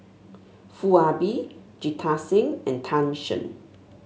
Foo Ah Bee Jita Singh and Tan Shen